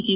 T